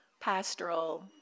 pastoral